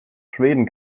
schweden